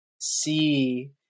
see